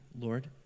Lord